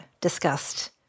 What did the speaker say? discussed